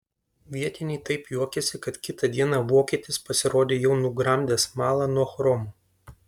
vietiniai taip juokėsi kad kitą dieną vokietis pasirodė jau nugramdęs smalą nuo chromo